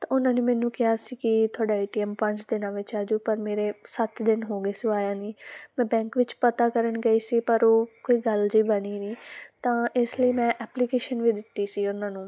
ਤਾਂ ਉਹਨਾਂ ਨੇ ਮੈਨੂੰ ਕਿਹਾ ਸੀ ਕਿ ਤੁਹਾਡਾ ਏ ਟੀ ਐਮ ਪੰਜ ਦਿਨਾਂ ਵਿੱਚ ਆ ਜੂ ਪਰ ਮੇਰੇ ਸੱਤ ਦਿਨ ਹੋ ਗਏ ਸੀ ਉਹ ਆਇਆ ਨਹੀਂ ਮੈਂ ਬੈਂਕ ਵਿੱਚ ਪਤਾ ਕਰਨ ਗਈ ਸੀ ਪਰ ਉਹ ਕੋਈ ਗੱਲ ਜਿਹੀ ਬਣੀ ਨਹੀਂ ਤਾਂ ਇਸ ਲਈ ਮੈਂ ਐਪਲੀਕੇਸ਼ਨ ਵੀ ਦਿੱਤੀ ਸੀ ਉਹਨਾਂ ਨੂੰ